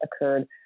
occurred